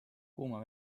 kuuma